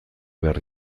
behar